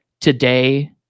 today